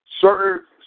certain